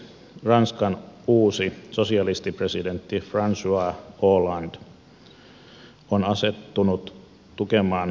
ranskan uusi sosialistipresidentti francois hollande on asettunut tukemaan eurobondeja